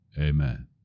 Amen